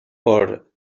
por